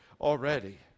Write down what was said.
already